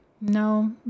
no